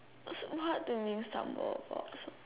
what are the example of